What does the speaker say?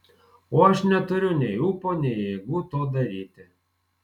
o aš neturiu nei ūpo nei jėgų to daryti